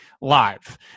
live